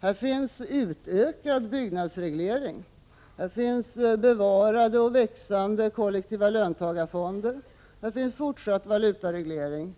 Här finns utökad byggnadsreglering, bevarade och växande kollektiva löntagarfonder. Här finns fortsatt valutareglering,